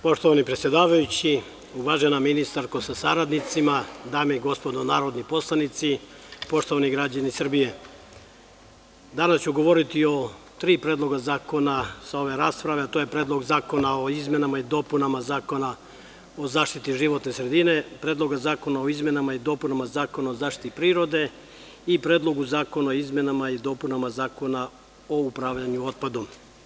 Poštovani predsedavajući, uvažena ministarko sa saradnicima, dame i gospodo narodni poslanici, poštovani građani Srbije, danas ću govoriti o tri predloga zakona sa ove rasprave, a to je Predlog zakona o izmenama i dopunama Zakona o zaštiti životne sredine, Predlog zakona o izmenama i dopunama Zakona o zaštiti prirode i Predlog zakona o izmenama i dopunama Zakona o upravljanju otpadom.